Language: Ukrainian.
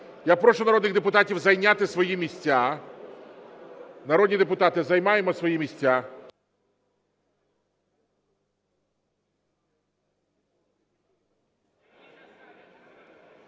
Я прошу народних депутатів зайняти свої місця. Народні депутати, займаємо свої місця.